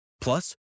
Plus